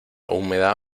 húmeda